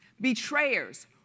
betrayers